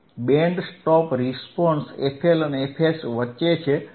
band stop response fL અને fH વચ્ચે છે